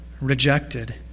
rejected